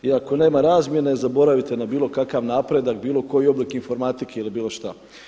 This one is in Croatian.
I ako nema razmjene zaboravite na bilo kakav napredak, bilo koji oblik informatike ili bilo šta.